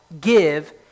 give